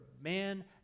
Man